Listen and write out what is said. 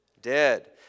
dead